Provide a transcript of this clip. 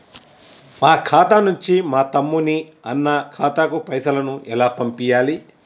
మా ఖాతా నుంచి మా తమ్ముని, అన్న ఖాతాకు పైసలను ఎలా పంపియ్యాలి?